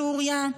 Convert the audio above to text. בסוריה,